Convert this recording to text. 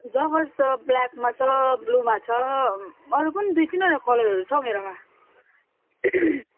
joggers छ ब्ल्याकमा छ ब्लुमा छ अरू पनि दुई तिनवटा कलरहरू छ हौ मेरोमा